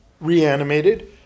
reanimated